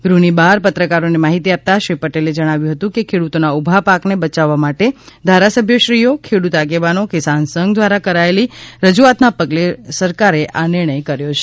ગૃહની બહાર પત્રકારોને માહિતી આપતા શ્રી પટેલે જણાવ્યુ હતું કે ખેડૂતોના ઉભા પાકને બયાવવા માટે ધારાસભ્યશ્રીઓ ખેડૂત આગેવાનો કિસાન સંઘ દ્વારા કરાયેલી રજૂઆતના પગલે સરકારે આ નિર્ણય કર્યો છે